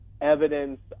evidence